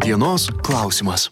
dienos klausimas